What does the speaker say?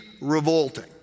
revolting